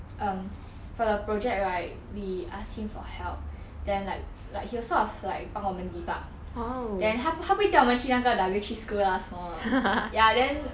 um for the project right we asked him for help then like like he was sort of like 帮我们 debug then 他不会叫我们去那个 W three school lah 什么 ya then